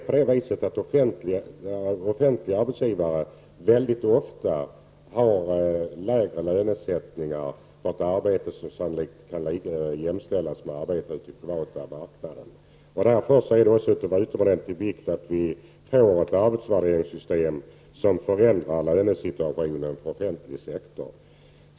Arbetsgivare inom den offentliga sektorn har väldigt ofta lägre lönesättning för ett arbete som sannolikt kan jämställas med arbete på den privata marknaden. Därför är det också av utomordentlig vikt att vi får ett arbetsvärderingssystem som förändrar lönesituationen för den offentliga sektorn.